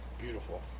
beautiful